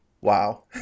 wow